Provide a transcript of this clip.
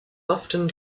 often